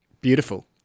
Beautiful